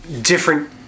different